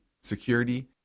security